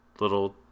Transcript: little